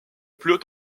plus